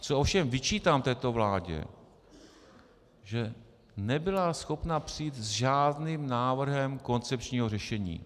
Co ovšem vyčítám této vládě je, že nebyla schopna přijít s žádným návrhem koncepčního řešení.